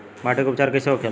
माटी के उपचार कैसे होखे ला?